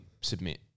submit